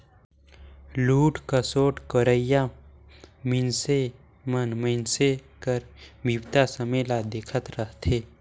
लूट खसोट करोइया मइनसे मन मइनसे कर बिपदा समें ल देखत रहथें